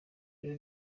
rero